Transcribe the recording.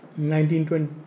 1920